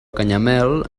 canyamel